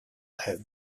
have